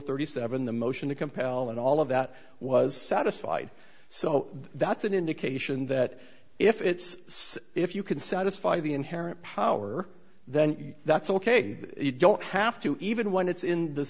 thirty seven the motion to compel and all of that was satisfied so that's an indication that if it's if you can satisfy the inherent power then that's ok you don't have to even when it's in th